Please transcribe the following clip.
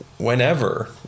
Whenever